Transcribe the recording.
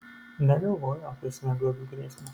negalvojo apie smegduobių grėsmę